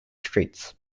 streets